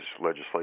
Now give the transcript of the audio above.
legislation